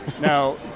now